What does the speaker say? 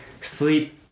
sleep